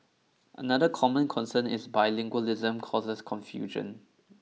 another common concern is bilingualism causes confusion